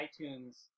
iTunes